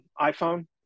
iPhone